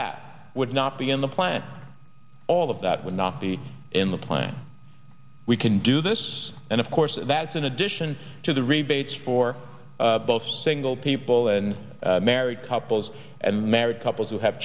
that would not be in the plan all of that would not be in the plan we can do this and of course that's in addition to the rebates for both single people and married couples and married couples who have